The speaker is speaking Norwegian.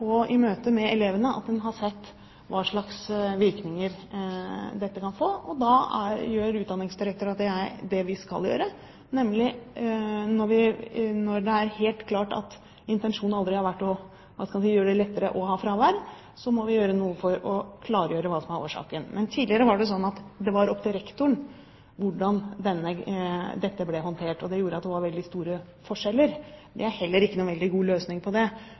og i møtet med elevene man har sett hva slags virkninger dette kan få, og da må Utdanningsdirektoratet og jeg gjøre det vi skal gjøre: Når det er helt klart at intensjonen aldri har vært å gjøre det lettere å ha fravær, må vi klargjøre hva som er årsaken. Tidligere var det slik at det var opp til rektor hvordan dette ble håndtert, og det gjorde at det var veldig store forskjeller. Det var heller ikke noen veldig god løsning, men vi skal finne ut av hvordan vi skal komme tilbake til det.